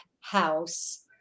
House